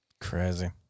Crazy